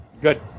Good